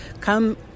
come